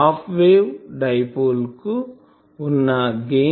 half wave dipole కు వున్న gain విలువ 1